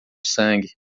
sangue